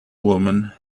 woman